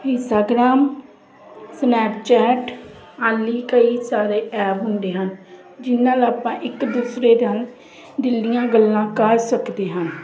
Instagram Snapchat ਆਦਿ ਕਈ ਸਾਰੇ ਐਪ ਹੁੰਦੇ ਹਨ ਜਿਹਨਾਂ ਨਾਲ ਆਪਾਂ ਇੱਕ ਦੂਸਰੇ ਨਾਲ ਦਿਲ ਦੀਆਂ ਗੱਲਾਂ ਕਰ ਸਕਦੇ ਹਨ